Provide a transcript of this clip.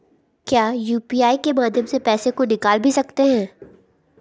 क्या यू.पी.आई के माध्यम से पैसे को निकाल भी सकते हैं?